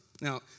Now